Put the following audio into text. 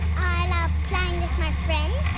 i love playing with my friends.